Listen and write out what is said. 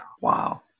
Wow